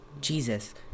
Jesus